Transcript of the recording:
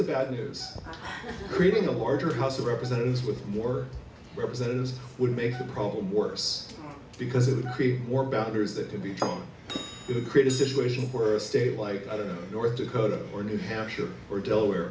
the bad news creating a larger house of representatives with more representatives would make the problem worse because it would create more boundaries that could be drawn to create a situation where a state like north dakota or new hampshire or delaware